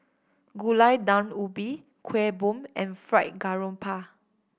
Gulai Daun Ubi Kueh Bom and Fried Garoupa